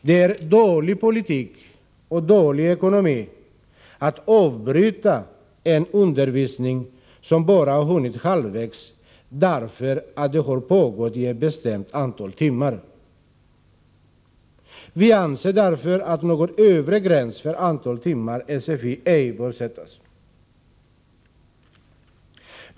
Det är dålig politik och dålig ekonomi att avbryta en undervisning som bara har hunnit halvvägs, därför att den har pågått i ett bestämt antal timmar. Vi anser därför att någon övre gräns för antal timmar SFI ej bör sättas.